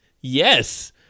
Yes